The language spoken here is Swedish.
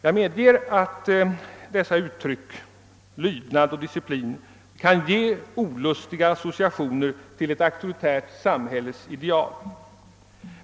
Jag medger att uttrycken lydnad och disciplin kan ge olustiga associationer till ett auktoritärt samhälles ideal.